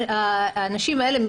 אנשים האלה,